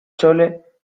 chole